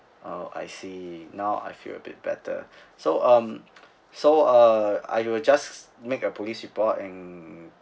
oh I see now I feel a bit better so um so uh I will just make a police report and